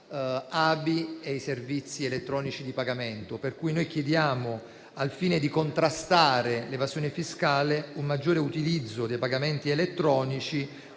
ABI e i servizi elettronici di pagamento. Chiediamo quindi, al fine di contrastare l'evasione fiscale, un maggiore ricorso ai pagamenti elettronici